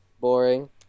Boring